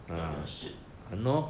not their shit